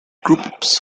groups